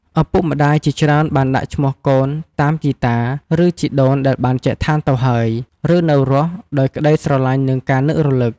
ឪពុកម្ដាយជាច្រើនបានដាក់ឈ្មោះកូនតាមជីតា ឬជីដូនដែលបានចែកឋានទៅហើយ ឬនៅរស់ ដោយក្ដីស្រឡាញ់ និងការនឹករលឹក។